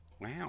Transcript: Wow